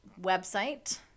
website